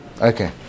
Okay